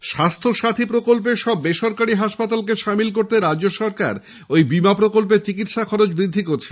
স্বাস্থ্য সাথী প্রকল্পে সব বেসরকারি হাসপাতালকে সামিল করতে রাজ্য সরকার ওই বিমা প্রকল্পে চিকিৎসা খরচ বৃদ্ধি করছে